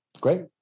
Great